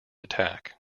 attack